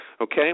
okay